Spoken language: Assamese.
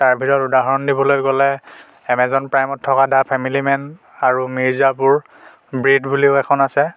তাৰ ভিতৰত উদাহৰণ দিবলে গ'লে এমেজন প্ৰাইমত থকা দ্যা ফেমিলি মেন আৰু মিৰ্জাপুৰ ব্ৰেড বুলিও এখন আছে